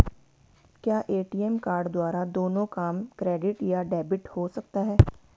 क्या ATM card द्वारा दोनों काम क्रेडिट या डेबिट हो सकता है?